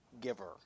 giver